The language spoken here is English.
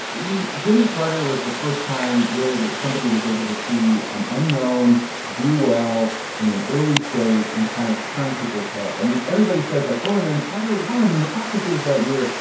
i mean, jimmy carter was the first time really that somebody was able to see an unknown do well in an early state and kind of turn people's heads. i mean, everybody says like, oh, and then carter won the caucuses that year.